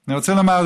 אני רוצה לומר,